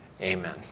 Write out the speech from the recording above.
Amen